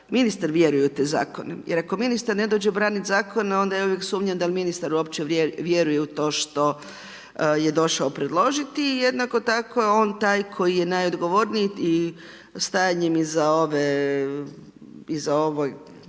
ministar vjeruje u te zakone. Jer ako ministar ne dođe braniti zakon onda ja uvijek sumnjam da ministar uopće vjeruje u to što je došao predložiti. I jednako tako je on taj koji je najodgovorniji i stajanjem iza ovog